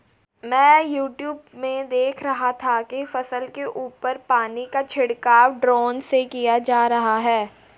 मैं यूट्यूब में देख रहा था कि फसल के ऊपर पानी का छिड़काव ड्रोन से किया जा रहा है